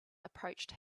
approached